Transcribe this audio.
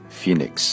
Phoenix